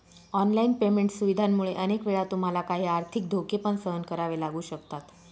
online payment सुविधांमुळे अनेक वेळा तुम्हाला काही आर्थिक धोके पण सहन करावे लागू शकतात